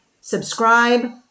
subscribe